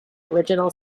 original